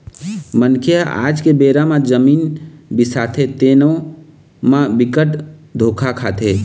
मनखे ह आज के बेरा म जमीन बिसाथे तेनो म बिकट धोखा खाथे